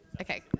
okay